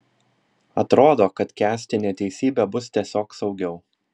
atrodo kad kęsti neteisybę bus tiesiog saugiau